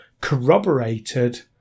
Corroborated